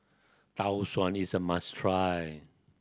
Tau Suan is a must try